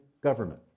government